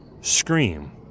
scream